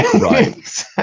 Right